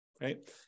Right